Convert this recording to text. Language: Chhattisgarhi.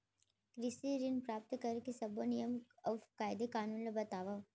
कृषि ऋण प्राप्त करेके सब्बो नियम अऊ कायदे कानून ला बतावव?